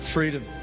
Freedom